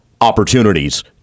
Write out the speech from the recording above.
opportunities